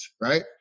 right